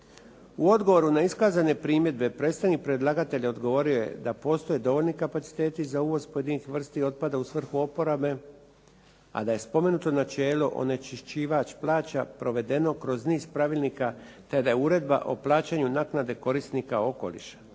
U odboru na iskazane primjedbe predstavnik predlagatelja odgovorio je da postoje dovoljni kapaciteti za uvoz pojedinih vrsti otpada u svrhu oporabe a da je spomenuto načelo onečišćivač plaća provedeno kroz niz pravilnika te da je uredba o plaćanju naknade korisnika okoliša